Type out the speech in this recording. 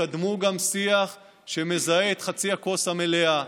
תקדמו גם שיח שמזהה את חצי הכוס המלאה,